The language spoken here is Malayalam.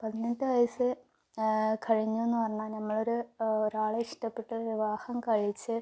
പതിനെട്ട് വയസ്സ് കഴിഞ്ഞു എന്നു പറഞ്ഞാൽ നമ്മൾ ഒരു ഒരാളെ ഇഷ്ടപ്പെട്ട് വിവാഹം കഴിച്ച്